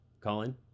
colin